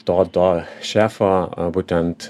to to šefo būtent